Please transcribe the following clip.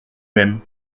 même